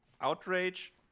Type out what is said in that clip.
outrage